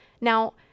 Now